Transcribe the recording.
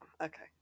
Okay